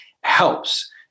helps